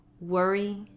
worry